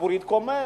הציבור התקומם,